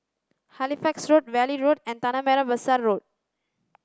Halifax Road Valley Road and Tanah Merah Besar Road